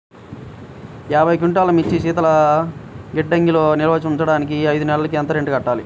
యాభై క్వింటాల్లు మిర్చి శీతల గిడ్డంగిలో నిల్వ ఉంచటానికి ఐదు నెలలకి ఎంత రెంట్ కట్టాలి?